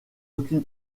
aucune